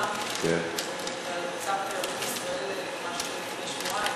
לאפשר לשרה,